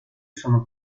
sono